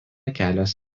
kelias